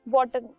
Water